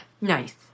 Nice